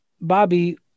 Bobby